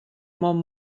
món